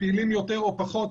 פעילים יותר או פחות,